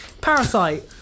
Parasite